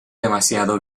demasiado